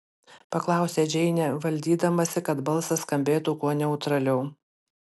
paklausė džeinė valdydamasi kad balsas skambėtų kuo neutraliau